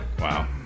Wow